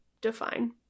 define